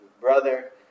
brother